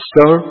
Sir